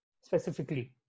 specifically